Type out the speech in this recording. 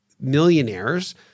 millionaires